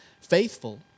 faithful